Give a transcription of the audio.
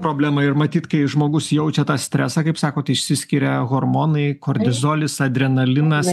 problema ir matyt kai žmogus jaučia tą stresą kaip sakot išsiskiria hormonai kortizolis adrenalinas